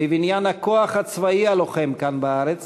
לבניין הכוח הצבאי הלוחם כאן בארץ